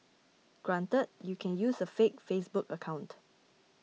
granted you can use a fake Facebook account